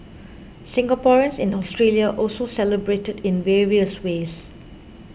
Singaporeans in Australia also celebrated in various ways